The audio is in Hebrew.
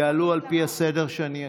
יעלו על פי הסדר שאני אקריא.